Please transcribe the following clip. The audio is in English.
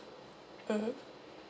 mmhmm